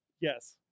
Yes